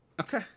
Okay